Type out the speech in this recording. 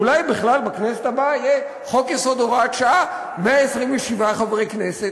אולי בכלל בכנסת הבאה יהיה חוק-יסוד (הוראת שעה) 127 חברי כנסת?